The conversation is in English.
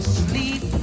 sleep